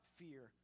fear